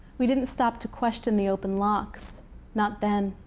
we didn't stop to question the open locks not then.